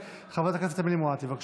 חברת הכנסת אמילי מואטי, בבקשה.